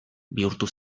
bihurtu